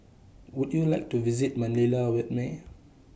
Would YOU like to visit Manila with Me